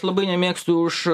labai nemėgstu už